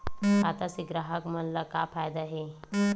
खाता से ग्राहक मन ला का फ़ायदा हे?